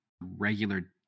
regular